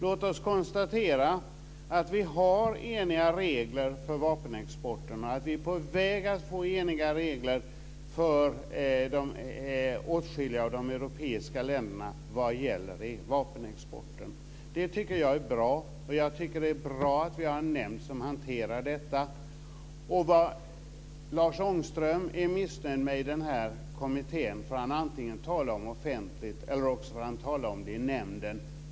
Låt oss konstatera att vi har varit eniga i fråga om regler för vapenexporten och att vi är på väg att bli eniga i fråga om regler för åtskilliga av de europeiska länderna vad gäller vapenexporten. Det tycker jag är bra, och jag tycker att det är bra att vi har en nämnd som hanterar detta. Vad Lars Ångström är missnöjd med i den här kommittén får han antingen tala om offentligt eller i nämnden.